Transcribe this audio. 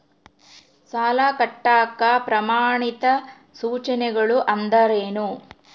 ಸಾಲ ಕಟ್ಟಾಕ ಪ್ರಮಾಣಿತ ಸೂಚನೆಗಳು ಅಂದರೇನು?